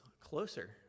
closer